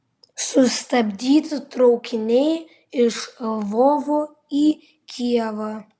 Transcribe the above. sustabdyti traukiniai iš lvovo į kijevą